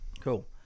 Cool